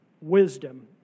wisdom